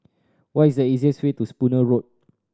what is the easiest way to Spooner Road